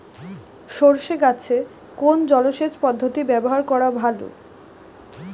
সরষে গাছে কোন জলসেচ পদ্ধতি ব্যবহার করা ভালো?